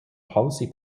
policy